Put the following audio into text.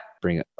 bring